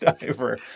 Diver